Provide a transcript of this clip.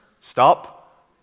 stop